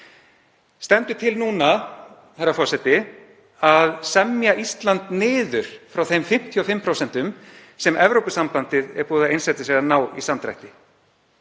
herra forseti, að semja Ísland niður frá þeim 55% sem Evrópusambandið er búið að einsetja sér að ná í samdrætti?